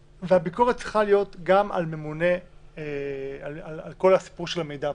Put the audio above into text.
והביקורת צריכה להיות גם על כל סיפור של המידע הפלילי.